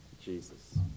Jesus